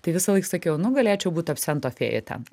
tai visąlaik sakiau nu galėčiau būt absento fėja ten